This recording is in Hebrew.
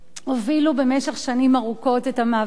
הובילו במשך שנים ארוכות את המאבק